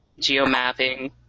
geomapping